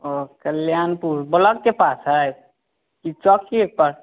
ओ Kalyanpur block के पास है कि चौकी एक पास